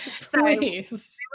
Please